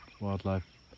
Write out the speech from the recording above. wildlife